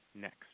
next